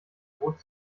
droht